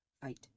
fight